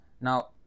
now